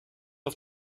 auf